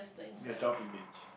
your self image